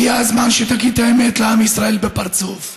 הגיע הזמן שתגיד את האמת לעם ישראל בפרצוף: